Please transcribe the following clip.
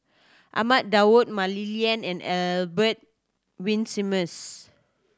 Ahmad Daud Mah Li Lian and Albert Winsemius